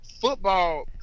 football